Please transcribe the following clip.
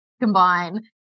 combine